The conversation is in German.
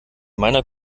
meiner